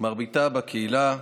מרביתה בקהילה,